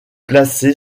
placée